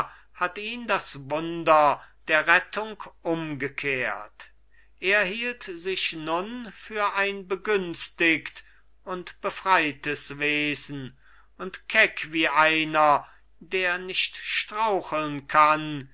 hatt ihn das wunder der rettung umgekehrt er hielt sich nun für ein begünstigt und befreites wesen und keck wie einer der nicht straucheln kann